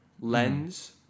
lens